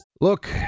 Look